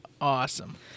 awesome